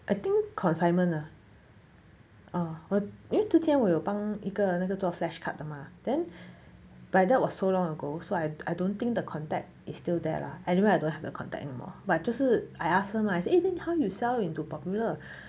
I think consignment ah uh 因为之前我有帮一个那个做 flash card 的嘛 then but that was so long ago so I I don't think the contact is still there lah anyway I don't have a contact anymore but 就是 I ask them ah eh then how you sell into popular